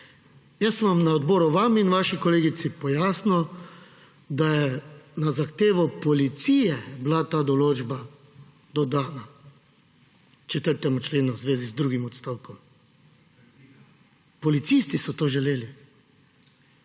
Jaz sem vam na odboru – vam in vaši kolegici – pojasnil, da je na zahtevo Policije bila ta določba dodana 4. členu v zvezi z drugim odstavkom. Policisti so to želeli.